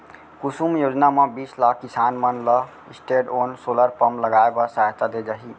कुसुम योजना म बीस लाख किसान मन ल स्टैंडओन सोलर पंप लगाए बर सहायता दे जाही